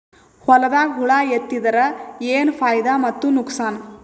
ಹೊಲದಾಗ ಹುಳ ಎತ್ತಿದರ ಏನ್ ಫಾಯಿದಾ ಮತ್ತು ನುಕಸಾನ?